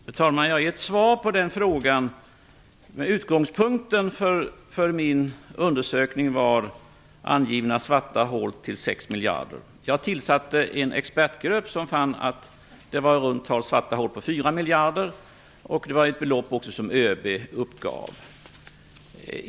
Fru talman! Jag har gett svar på den frågan. Utgångspunkten för min undersökning var angivna svarta hål på 6 miljarder. Jag tillsatte en expertgrupp, som fann att det var svarta hål på i runda tal 4 miljarder. Det var ett belopp som också ÖB uppgav.